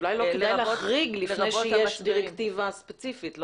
אולי לא כדאי להחריג לפני שיש דירקטיבה ספציפית.